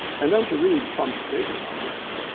and then to read trump's statement on this,